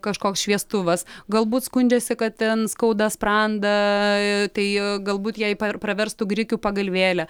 kažkoks šviestuvas galbūt skundžiasi kad ten skauda sprandą tai galbūt jai praverstų grikių pagalvėlė